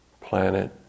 planet